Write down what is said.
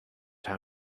how